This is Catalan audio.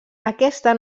aquesta